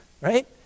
right